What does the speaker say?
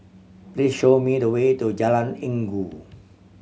please show me the way to Jalan Inggu